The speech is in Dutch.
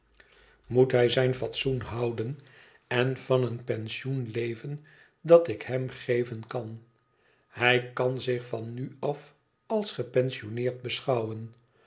fatsoen houden en van een pensioen leven dat ik hem geven kn hij kan zich van nu af als gepensioneerd beschouwen